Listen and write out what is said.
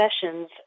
sessions